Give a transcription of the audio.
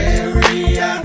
area